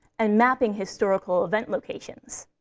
and mapping historical event locations.